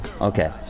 okay